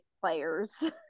players